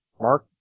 Mark